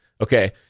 Okay